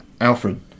Alfred